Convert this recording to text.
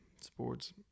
Sports